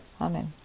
Amen